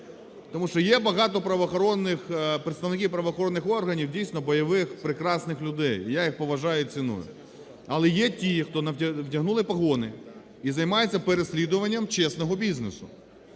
Тому що є багато представників правоохоронних органів, дійсно, бойових, прекрасних людей, я їх поважаю і ціную. Але є ті, хто вдягнули погони і займаються переслідуванням чесного бізнесу.